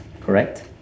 correct